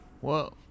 Whoa